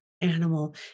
animal